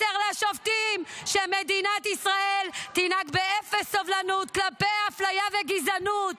מסר לשופטים שמדינת ישראל תנהג באפס סובלנות כלפי אפליה וגזענות.